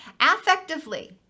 affectively